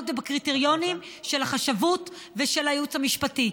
ובקריטריונים של החשבות ושל הייעוץ המשפטי.